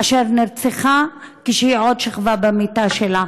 אשר נרצחה כשהיא שוכבת במיטה שלה.